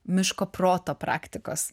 miško proto praktikos